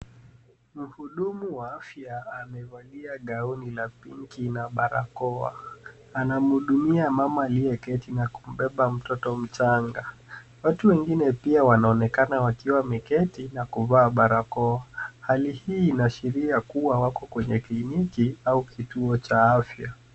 Mhudumu wa afya amevalia gauni la pinki na barakoa. Anamhudumia mama aliyeketi na kumbeba mtoto mchanga. Watu wengine pia wanaonekana wakiwa wameketi na kuvaa barakoa. Hali hii inaashiria kuwa wako kwenye kliniki au kituo cha afya.